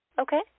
Okay